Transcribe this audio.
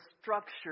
structure